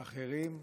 אחרים,